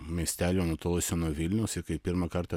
miestelio nutolusio nuo vilniaus ir kai pirmą kartą